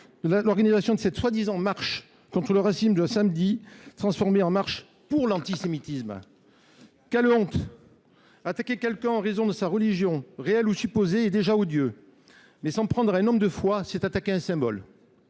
l’organisation de cette prétendue marche contre le racisme de samedi dernier, transformée en marche pour l’antisémitisme. Quelle honte ! Attaquer quelqu’un en raison de sa religion, réelle ou supposée, est déjà odieux, mais s’en prendre à un homme de foi, c’est attaquer un symbole.